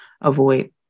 avoid